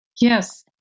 Yes